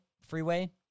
freeway